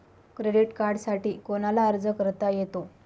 Credit कार्डसाठी कोणाला अर्ज करता येतो?